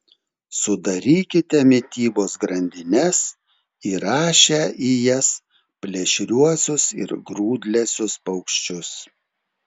sudarykite mitybos grandines įrašę į jas plėšriuosius ir grūdlesius paukščius